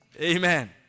Amen